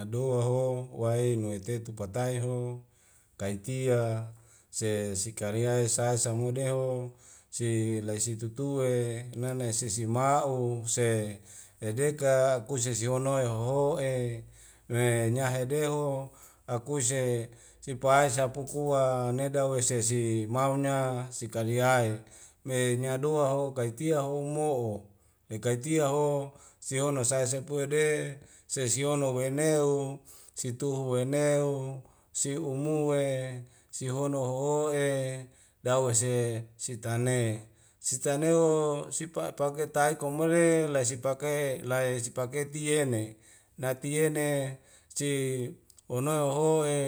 Adoa ho wae nue tetu patai ho kaitia se sikarya i sa samua deho si lei si tutuwe nane sisi ma'u se hedeka kuse sisohonoi hoho'e me nyahede ho akuse sipuai sapukua nedawe sesi maunya sikali aeme nyadoa ho kaitia ho mo'o me kaitia ho siono saya sepue de sesiono weuneu situhu weuneu siumue sihono hoho'e dawese sitane sitaneo sipa pake tai'i kamole lei sipake'e lae sipake tieyene na tiene si honoi woho'e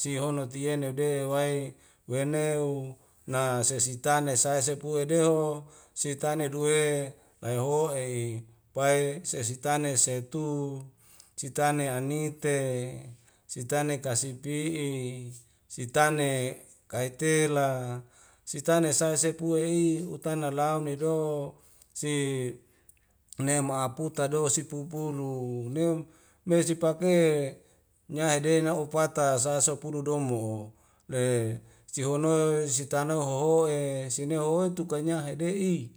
sihono teine de wai weneu na sesitane saya sepue deho sitane duwe laehoe'i pae sesitane setu sitane anite sitane kasi pi'i sitane kaitela sitane sae seapua i utana lau nedo si ne a aputa sipupulu neu mesi pake nyaihede na upata saya sapulu domo'o le sihonoi sutana wohohoe'e sinei hoe tuka nya hade'i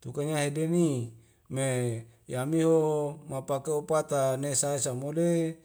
tukanya hadeni me yamiho mapake upata nesai samule